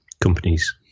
companies